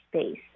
space